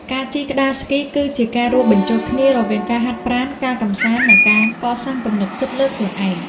ការជិះក្ដារស្គីគឺជាការរួមបញ្ចូលគ្នារវាងការហាត់ប្រាណ ការកម្សាន្ត និងការកសាងទំនុកចិត្តលើខ្លួនឯង។